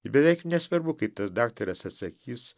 ji beveik nesvarbu kaip tas daktaras atsakys